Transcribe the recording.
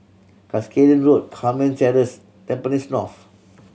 Cuscaden Road Carmen Terrace Tampines North